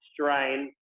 strain